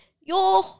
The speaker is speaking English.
Yo